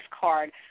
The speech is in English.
card